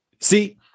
See